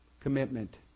Commitment